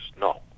No